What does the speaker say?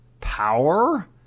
power